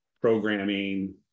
programming